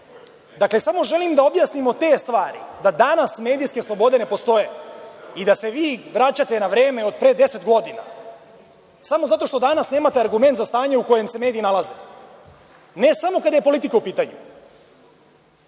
ne. Samo želim da objasnimo te stvar, da danas medijske slobode ne postoje i da se vi vraćate na vreme od pre deset godina samo zato što danas nemate argument za stanje u kojem se mediji nalaze, ne samo kada je politika u pitanju. Cenim